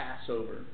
Passover